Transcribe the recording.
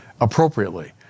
appropriately